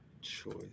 choice